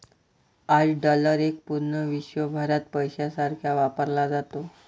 आज डॉलर एक पूर्ण विश्वभरात पैशासारखा वापरला जातो